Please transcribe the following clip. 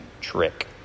trick